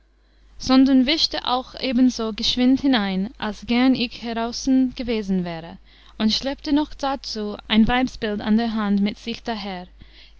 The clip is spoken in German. sondern wischte auch ebenso geschwind hinein als gern ich heraußen gewesen wäre und schleppte noch darzu ein weibsbild an der hand mit sich daher